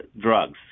drugs